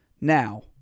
Now